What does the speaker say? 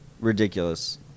Ridiculous